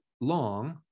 long